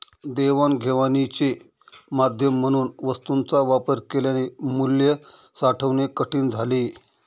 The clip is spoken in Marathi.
देवाणघेवाणीचे माध्यम म्हणून वस्तूंचा वापर केल्याने मूल्य साठवणे कठीण झाले